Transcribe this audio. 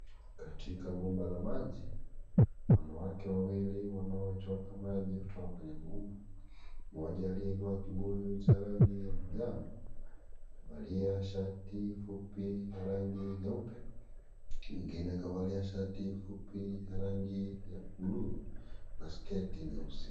Katika bomba la maji wanawake wawili wanaochota maji kwenye mto mmoja aliyeinua kibuyu cha rangi ya manjano amevalia shati fupi ya rangi nyeupe mwingine kavalia shati fupi ya rangi ya bluu na sketi nyeusi.